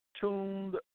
tuned